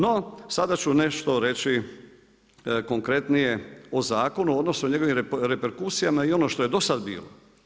No, sada ću nešto reći konkretnije o zakonu, odnosno njegovim reperkusijama i ono što je do sad bilo.